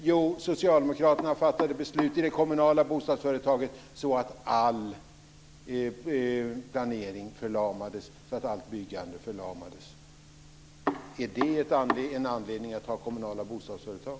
Jo, socialdemokraterna i det kommunala bostadsföretaget fattade beslut så att all planering och allt byggande förlamades. Är det en anledning att ha kommunala bostadsföretag?